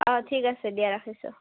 অঁ ঠিক আছে দিয়া ৰাখিছোঁ